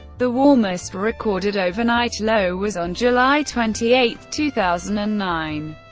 the warmest recorded overnight low was on july twenty eight, two thousand and nine.